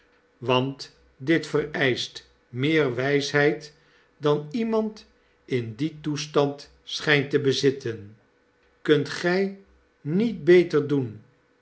want dit vereischt meer wijsheid dan iemand in dien toestand schynt te bezitten kunt gij niet beter doen